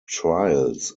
trials